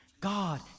God